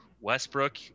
Westbrook